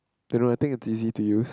don't know I think it's easy to use